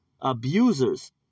abusers